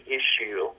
issue